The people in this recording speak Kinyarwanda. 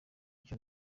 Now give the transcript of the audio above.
cyo